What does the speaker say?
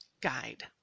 guide